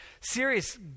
serious